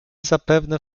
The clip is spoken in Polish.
zapewne